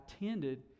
attended